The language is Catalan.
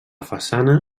façana